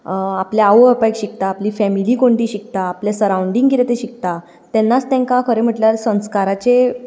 आपल्या आवय बापायक शिकता आपली फेमिली कोण ती शिकता आपलें सराउंडींग कितें तें शिकता तेन्नाच तेंकां खरें म्हणल्यार संस्काराचें